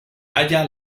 halla